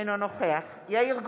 אינו נוכח יאיר גולן,